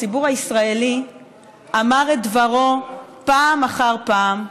הציבור הישראלי אמר את דברו פעם אחר פעם,